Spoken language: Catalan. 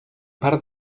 part